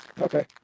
Okay